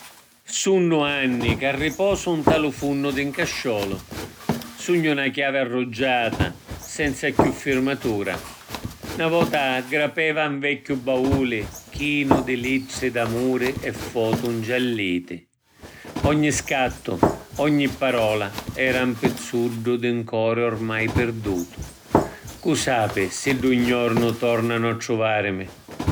Sunnu anni ca riposu nta lu funnu di ‘n casciolu. Sugnu na chiavi arruggiata senza chiù firmatura. Na vota grapeva ‘n vecchiu bauli chinu di littri d’amuri e fotu ngialliti. Ogni scattu, ogni parola, era ‘n pizzuddu di ‘n cori oramai pirdutu. Cu sapi siddu ‘n jornu tornanu a truvarimi.